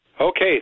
Okay